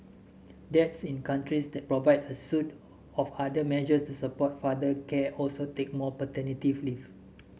dads in countries that provide a suite of other measures to support father care also take more paternity leave